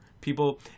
people